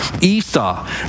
Esau